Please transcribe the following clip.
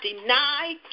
deny